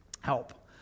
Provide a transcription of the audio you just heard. Help